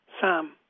Sam